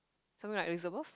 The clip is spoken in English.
something like Elizabeth